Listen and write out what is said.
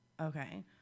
Okay